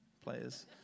players